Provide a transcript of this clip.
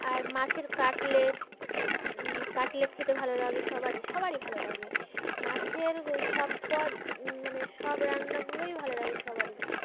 আর মাছের cutlet cutlet খেতে ভালো লাগে সবারই সবারই ভালো লাগে মাছের সব পদ মানে সব রান্নাগুলোই ভালো লাগে সবারই